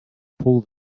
pull